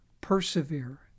persevere